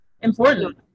important